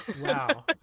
Wow